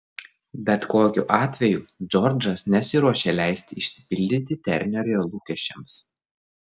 bet kokiu atveju džordžas nesiruošė leisti išsipildyti ternerio lūkesčiams